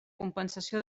compensació